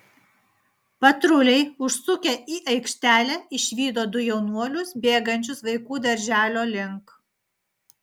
patruliai užsukę į aikštelę išvydo du jaunuolius bėgančius vaikų darželio link